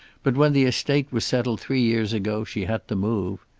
but when the estate was settled three years ago she had to move.